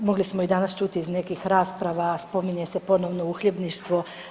Mogli smo i danas čuti iz nekih rasprava, a spominje se ponovno uhljebništvo.